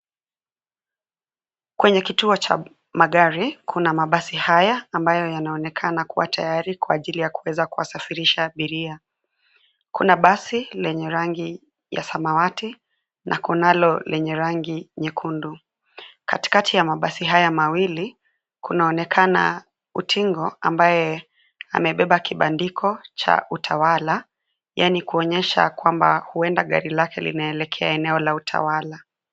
Kwenye kituo cha magari kuna mabasi haya ambayo yanaonekana kuwa tayari kwa ajili ya kuweza kuwasafirisha abiria. Kuna basi lenye rangi ya samawati na kunalo lenye rangi nyekundu. Katikati ya haya mabasi mawili kunaonekana utingo ambaye amebeba kibandiko cha Utawala, yaani kuonyesha huenda gari lake linaelekea eneo la Utawala.